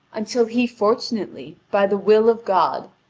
until he fortunately, by the will of god,